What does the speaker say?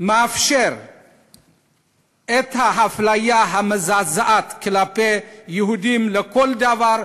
מאפשר את האפליה המזעזעת כלפי יהודים לכל דבר,